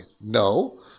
No